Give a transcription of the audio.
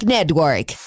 Network